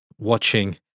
watching